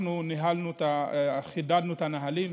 אנחנו חידדנו את הנהלים,